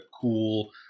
cool